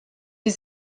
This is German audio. die